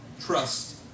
trust